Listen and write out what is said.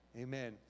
Amen